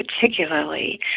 particularly